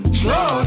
slow